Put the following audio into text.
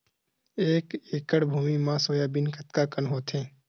दस एकड़ भुमि म सोयाबीन कतका कन होथे?